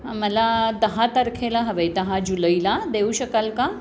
मला दहा तारखेला हवं आहे दहा जुलैला देऊ शकाल का